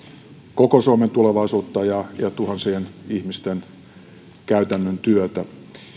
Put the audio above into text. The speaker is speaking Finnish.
koko suomen tulevaisuutta ja tuhansien ihmisten käytännön työtä